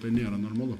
tai nėra normalu